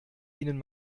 ihnen